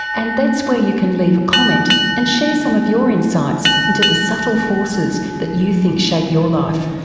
and that's where you can leave a comment and share some of your insights into the subtle forces that you think shape your life.